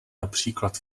například